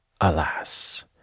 alas